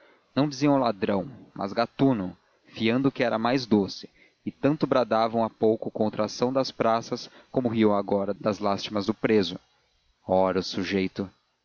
não diziam ladrão mas gatuno fiando que era mais doce e tanto bradavam há pouco contra a ação das praças como riam agora das lástimas do preso ora o sujeito